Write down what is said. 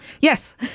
Yes